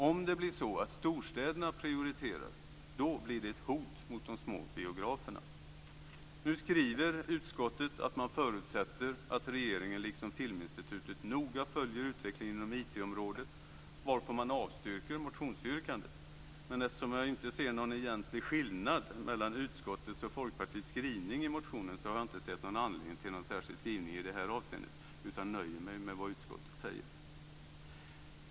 Om det blir så att storstäderna prioriteras blir det ett hot mot de små biograferna. Nu skriver utskottet att man förutsätter att regeringen liksom Filminstitutet noga följer utvecklingen inom IT-området, varpå man avstyrker motionsyrkandet. Eftersom jag inte ser någon egentlig skillnad mellan utskottets skrivning och Folkpartiets skrivning i motionen har jag inte sett någon anledning till någon särskild skrivning i det här avseendet utan nöjer mig med vad utskottet säger.